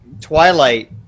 Twilight